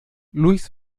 luis